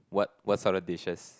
what what sort of dishes